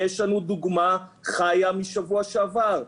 יש לנו דוגמה חיה משבוע שעבר.